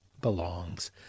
belongs